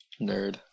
Nerd